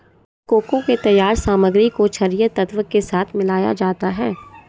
cocoa के तैयार सामग्री को छरिये तत्व के साथ मिलाया जाता है